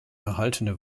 erhaltene